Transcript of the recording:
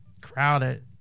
crowded